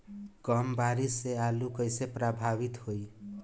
कम बारिस से आलू कइसे प्रभावित होयी?